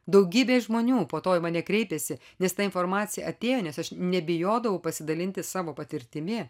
daugybė žmonių po to į mane kreipėsi nes ta informacija atėjo nes aš nebijodavau pasidalinti savo patirtimi